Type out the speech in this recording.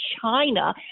China